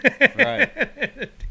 right